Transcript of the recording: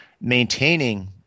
maintaining